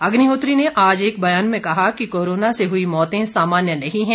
अग्निहोत्री ने आज एक बयान में कहा कि कोरोना से हुई मौतें सामान्य नहीं हैं